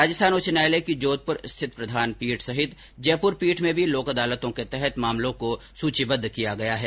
राजस्थान उच्च न्यायालय की जोधपुर स्थित प्रधान पीठ सहित जयपुर पीठ में भी लोक अदालतों के तहत मामलों को सूचीबद्ध किया गया है